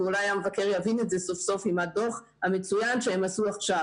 ואולי המבקר יבין את זה סוף-סוף עם הדוח המצוין שהם עשו עכשיו.